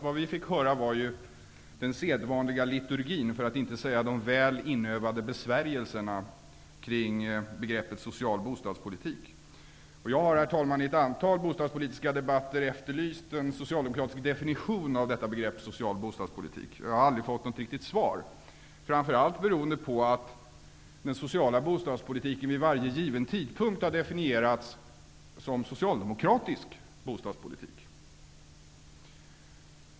Vad vi fick höra var den sedvanliga liturgin, för att inte säga de väl inövade besvärjelserna, kring begreppet social bostadspolitik. Jag har, herr talman, i ett antal bostadspolitiska debatter efterlyst en socialdemokratisk definition av begreppet social bostadspolitik. Jag har aldrig fått något riktigt svar, främst beroende på att den sociala bostadspolitiken vid varje given tidpunkt har definierats som socialdemokratisk bostadspolitik.